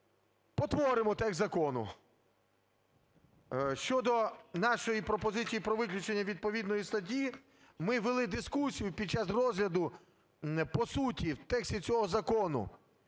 спотворимо текст закону. Щодо нашої пропозиції про виключення відповідної статті, ми вели дискусію під час розгляду по суті в тексті цього закону